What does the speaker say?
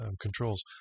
controls